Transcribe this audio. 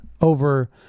over